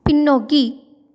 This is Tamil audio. பின்னோக்கி